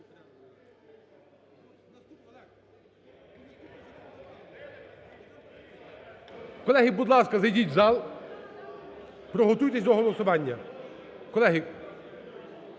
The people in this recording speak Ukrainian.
Колеги, будь ласка, зайдіть в зал, приготуйтесь до голосування.